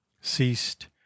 ceased